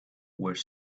were